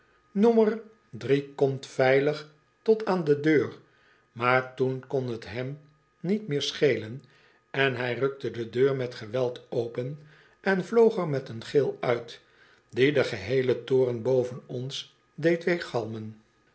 drie komt veilig tot aan de deur maar toen kon t hem niet meer schelen en hj rukte de deur met geweld open en vloog er met een gil uit die den geheelen toren hoven ons deed